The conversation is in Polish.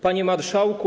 Panie Marszałku!